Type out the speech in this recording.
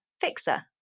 fixer